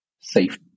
safe